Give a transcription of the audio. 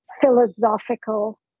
philosophical